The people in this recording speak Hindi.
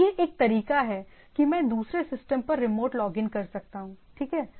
तो यह एक तरीका है कि मैं दूसरे सिस्टम पर रिमोट लॉगिन कर सकता हूं ठीक है